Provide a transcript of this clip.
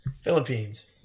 Philippines